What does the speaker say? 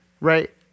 right